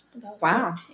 wow